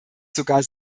sogar